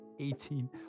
18